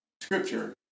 scripture